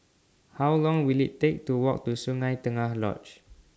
How Long Will IT Take to Walk to Sungei Tengah Lodge